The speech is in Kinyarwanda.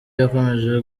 yakomeje